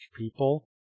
people